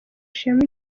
ishema